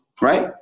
Right